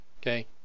Okay